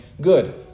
good